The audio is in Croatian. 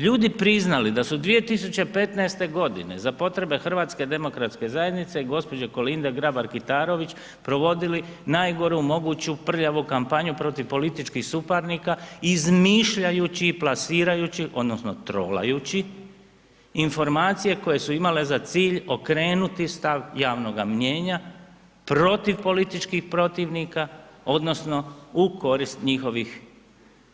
Ljudi priznali da su 2015. godine za potrebe Hrvatske demokratske zajednice i gospođe Kolinde Grabar-Kitarović provodili najgoru moguću prljavu kampanju protiv političkih suparnika, izmišljajući i plasirajući odnosno trolajući informacije koje su imale za cilj okrenuti stav javnoga mijenja protiv političkih protivnika odnosno u korist njihovih